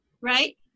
right